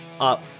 up